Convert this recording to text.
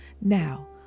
Now